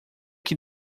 que